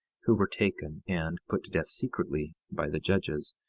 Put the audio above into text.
who were taken and put to death secretly by the judges,